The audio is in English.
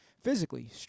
physically